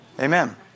amen